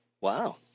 Wow